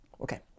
Okay